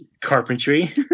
carpentry